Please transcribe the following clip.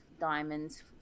diamonds